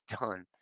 done